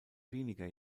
weniger